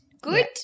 good